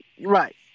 Right